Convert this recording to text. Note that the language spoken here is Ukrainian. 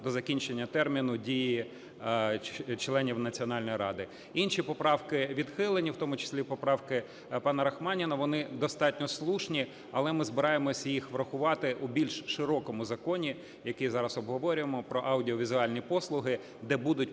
до закінчення терміну дії членів Національної ради. Інші поправки відхилені, в тому числі й поправки пана Рахманіна. Вони достатньо слушні, але ми збираємося їх врахувати у більш широкому законі, який зараз обговорюємо, про аудіовізуальні послуги, де будуть